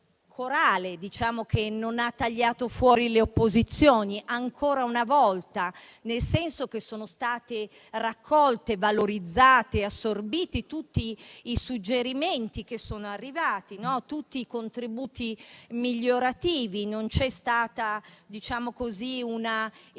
corale, che non ha tagliato fuori le opposizioni, ancora una volta, nel senso che sono state raccolti, valorizzati e assorbiti tutti i suggerimenti che sono arrivati e tutti i contributi migliorativi; non c'è stata un'eliminazione